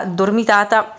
dormitata